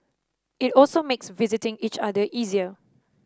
it also makes visiting each other easier